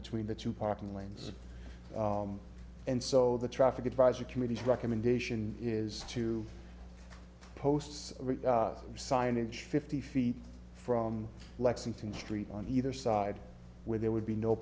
between the two parking lanes and so the traffic advisory committee recommendation is to posts or signage fifty feet from lexington street on either side where there would be no